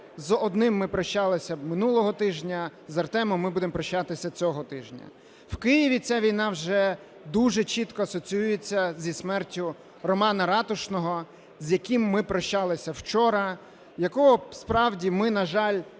з одним ми прощалися минулого тижня, з Артемом ми будемо прощатися цього тижня. В Києві ця війна вже дуже чітко асоціюється зі смертю Романа Ратушного, з яким ми прощалися вчора, якого, справді, ми, на жаль, чули